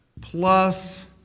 plus